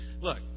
Look